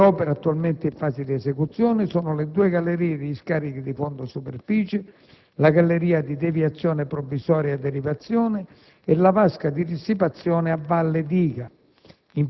Le opere attualmente in fase di esecuzione sono le due gallerie degli scarichi di fondo-superficie, la galleria di deviazione provvisoria /derivazione e la vasca di dissipazione a valle diga.